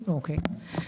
אוקיי,